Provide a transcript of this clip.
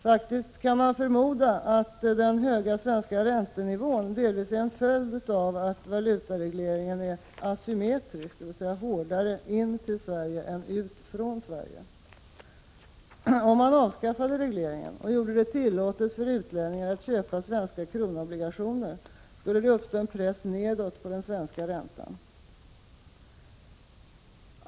Man kan faktiskt förmoda att den höga svenska räntenivån delvis är en följd av att valutaregleringen är asymmetrisk, dvs. hårdare när det gäller överföring av pengar in till Sverige än ut från Sverige. Om man avskaffade regleringen och gjorde det tillåtet för utlänningar att köpa svenska kronobligationer skulle det uppstå en press nedåt när det gäller den svenska räntan.